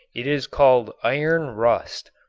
it is called iron rust.